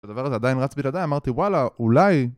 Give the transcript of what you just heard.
הדבר הזה עדיין רץ בלעדיי, אמרתי וואלה, אולי...